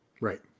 Right